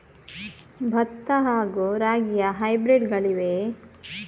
ಭತ್ತ ಹಾಗೂ ರಾಗಿಯ ಹೈಬ್ರಿಡ್ ಗಳಿವೆಯೇ?